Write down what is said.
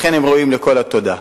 לכן הם ראויים לכל התודה.